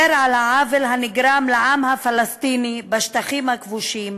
על העוול הנגרם לעם הפלסטיני בשטחים הכבושים,